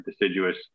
deciduous